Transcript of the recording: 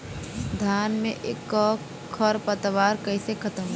धान में क खर पतवार कईसे खत्म होई?